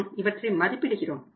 நாம் இவற்றை மதிப்பிடுகிறோம்